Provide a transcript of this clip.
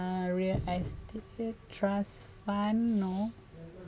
uh real estate trust fund no